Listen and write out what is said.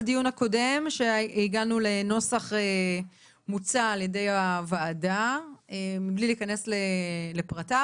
מאז הדיון הקודם שבו הגענו לנוסח מוצע על ידי הוועדה ומבלי להיכנס לפרטיו